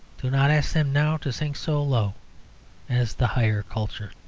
do not ask them now to sink so low as the higher culture.